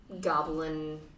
goblin